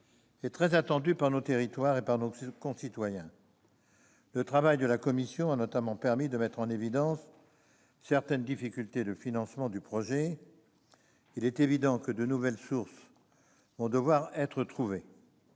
est très attendu par nos territoires et nos concitoyens. Le travail de la commission a notamment permis de mettre en évidence certaines difficultés de financement. Il est évident que de nouvelles ressources vont devoir être trouvées.